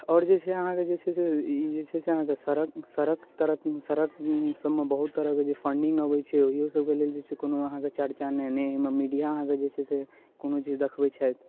आओर जे छै अहाँके जे छै ई जे छै से सड़क सड़क सड़क सड़कमे जे बहुत तरह कऽ जे फन्डिंग अबै छै ओहिओ सबके लेल जे अहाँके चर्चा नहि ने ओहिमे मीडिया आहाँके जे छै से कोनो चीज दखबै छथि